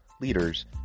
leaders